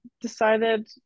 decided